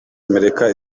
amerika